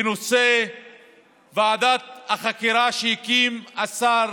בנושא ועדת החקירה שהקים השר